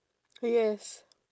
yes